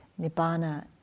Nibbana